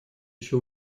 ещё